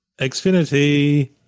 Xfinity